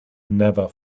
never